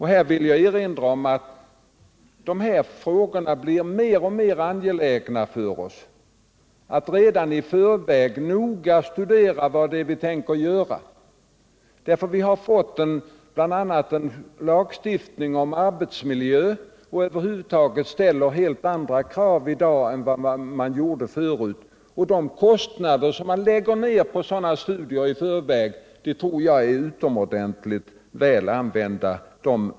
Jag vill erinra om att det blir mer och mer angeläget för oss att redan i förväg noggrant studera vad vi tänker göra. Vi har ju fått en lagstiftning om arbetsmiljö, och över huvud taget ställs helt andra krav i dag än tidigare. Jag tror att de pengar som man lägger ned på sådana studier i förväg är utomordentligt väl använda.